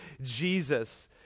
Jesus